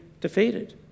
defeated